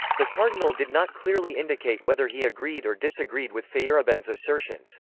the cardinal did not clearly indicate whether he agreed or disagreed with feyerabend's assertions.